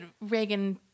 Reagan